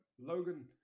Logan